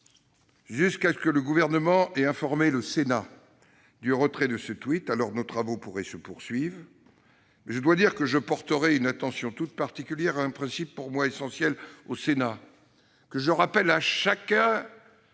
jusqu'à ce que le Gouvernement ait informé le Sénat du retrait de ce tweet. Alors, nos travaux pourraient se poursuivre. Je porterai une attention toute particulière à un principe pour moi essentiel au Sénat, que je rappelle à chacune